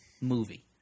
movie